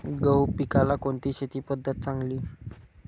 गहू पिकाला कोणती शेती पद्धत चांगली?